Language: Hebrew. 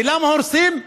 ולמה הורסים?